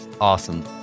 awesome